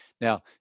Now